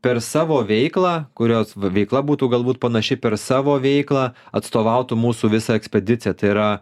per savo veiklą kurios veikla būtų galbūt panaši per savo veiklą atstovautų mūsų visą ekspediciją tai yra